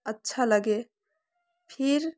अच्छा लगे फिर